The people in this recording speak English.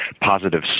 positive